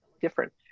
different